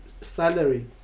salary